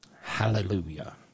Hallelujah